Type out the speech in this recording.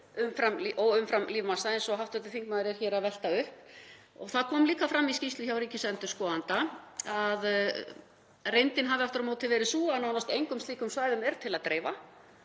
umfram lífmassa eins og hv. þingmaður er hér að velta upp. Það kom fram í skýrslu hjá ríkisendurskoðanda að reyndin hafi aftur á móti verið sú að nánast engum slíkum svæðum er til að dreifa